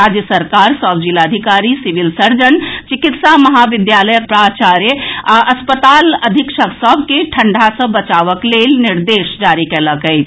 राज्य सरकार सभ जिलाधिकारी सिविल सर्जन चिकित्सा महाविद्यालयक प्राचार्य आ अस्पताल अधीक्षक सभ के ठंडा सॅ बचावक लेल निदेश जारी कयलक अछि